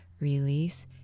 release